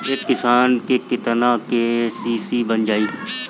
एक किसान के केतना के.सी.सी बन जाइ?